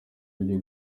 ryo